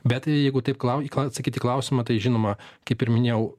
bet jeigu taip klau atsakyt į klausimą tai žinoma kaip ir minėjau